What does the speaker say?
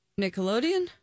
Nickelodeon